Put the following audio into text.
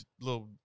Little